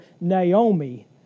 Naomi